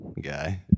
guy